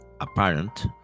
apparent